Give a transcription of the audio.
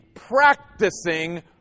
practicing